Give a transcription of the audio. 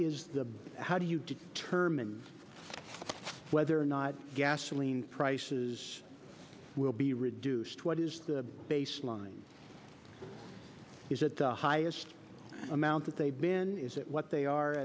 is the how do you determine whether or not gasoline prices will be reduced what is the baseline is it the highest amount that they've been is it what they are